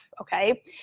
Okay